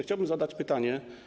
Chciałbym zadać pytanie.